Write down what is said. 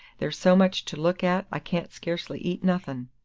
there's so much to look at i can't scarcely eat nothin!